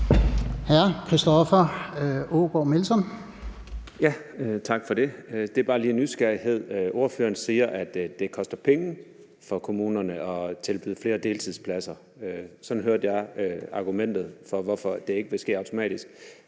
Hr. Christoffer Aagaard Melson. Kl. 10:57 Christoffer Aagaard Melson (V): Tak for det. Ordføreren siger, at det koster penge for kommunerne at tilbyde flere deltidspladser. Sådan hørte jeg argumentet for, hvorfor det ikke vil ske automatisk.